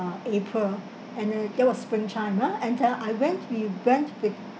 april and then that was spring time ah and uh I went we went with